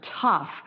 tough